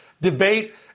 debate